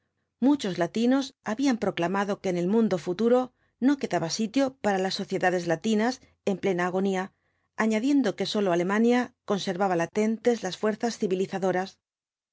muchos latinos habían proclamado que en el mundo futuro no quedaba sitio para las sociedades latinas en plena agonía añadiendo que sólo alemania conservaba latentes las fuerzas civilizadoras los